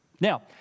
Now